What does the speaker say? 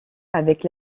avec